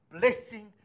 blessing